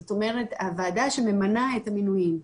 זאת אומרת הוועדה שממנה את המינויים.